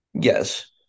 Yes